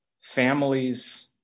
families